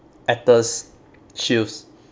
actor's shoes